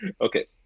okay